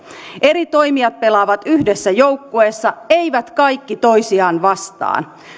eri toimijat pelaavat yhdessä joukkueessa eivät kaikki toisiaan vastaan